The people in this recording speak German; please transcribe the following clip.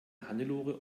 hannelore